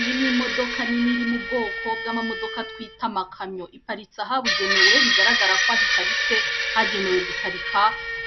Iyi n'imodoka nini iri mu bwoko bw'amamodoka twita amakamyo, iparitse ahabugenewe bigaragara ko aho iparitse hagenewe guparika